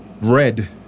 Red